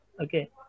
Okay